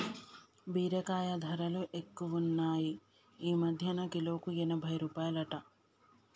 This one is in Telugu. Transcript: బీరకాయ ధరలు ఎక్కువున్నాయ్ ఈ మధ్యన కిలోకు ఎనభై రూపాయలట